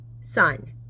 son